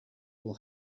will